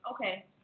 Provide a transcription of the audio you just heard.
okay